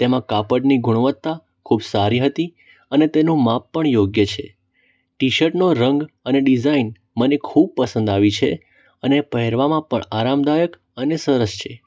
તેમાં કાપડની ગુણવત્તા ખૂબ સારી હતી અને તેનું માપ પણ યોગ્ય છે ટી શર્ટનો રંગ અને ડીઝાઇન મને ખૂબ પસંદ આવી છે અને પહેરવામાં પણ આરામદાયક અને સરસ છે